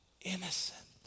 innocent